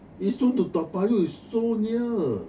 yishun to toa payoh is so near